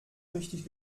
richtig